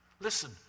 listen